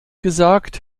gesagt